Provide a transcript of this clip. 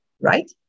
right